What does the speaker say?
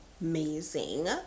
amazing